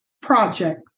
project